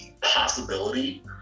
possibility